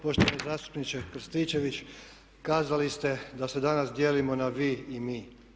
Poštovani zastupniče Krstičević, kazali ste da se danas dijelimo na vi i mi.